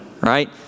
right